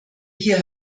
hier